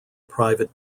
private